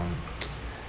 uh